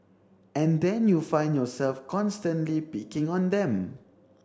and then you find yourself constantly picking on them